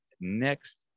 next